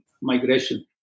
migration